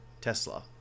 Tesla